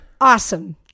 Awesome